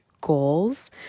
goals